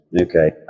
Okay